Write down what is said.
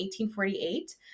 1848